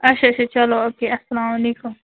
اَچھا اَچھا چلو او کے اَسلام علیکُم